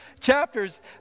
chapters